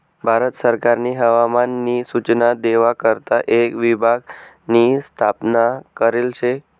भारत सरकारनी हवामान नी सूचना देवा करता एक विभाग नी स्थापना करेल शे